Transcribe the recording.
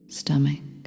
stomach